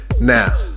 Now